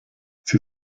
sie